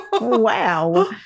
Wow